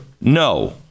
no